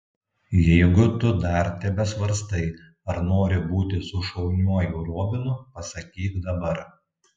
jeigu tu dar tebesvarstai ar nori būti su šauniuoju robinu pasakyk dabar